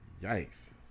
Yikes